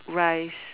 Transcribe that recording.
rise